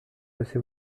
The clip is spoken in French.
passé